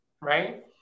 right